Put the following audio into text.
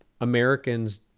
Americans